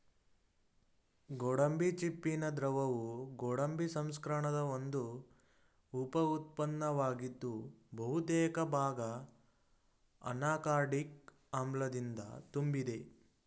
ಗೋಡಂಬಿ ಚಿಪ್ಪಿನ ದ್ರವವು ಗೋಡಂಬಿ ಸಂಸ್ಕರಣದ ಒಂದು ಉಪ ಉತ್ಪನ್ನವಾಗಿದ್ದು ಬಹುತೇಕ ಭಾಗ ಅನಾಕಾರ್ಡಿಕ್ ಆಮ್ಲದಿಂದ ತುಂಬಿದೆ